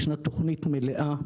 ישנה תוכנית מלאה.